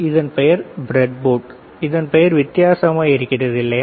இதன் பெயர் பிரட்போர்டு இதன் பெயர் வித்தியாசமாக இருக்கிறது இல்லையா